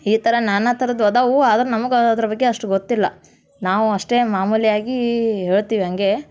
ಈ ಥರ ನಾನಾ ಥರದ್ದು ಇದಾವೆ ಆದ್ರೆ ನಮ್ಗೆ ಅದ್ರ ಬಗ್ಗೆ ಅಷ್ಟು ಗೊತ್ತಿಲ್ಲ ನಾವು ಅಷ್ಟೇ ಮಾಮೂಲಿಯಾಗಿ ಹೇಳ್ತೀವಿ ಹಾಗೇ